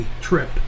Trip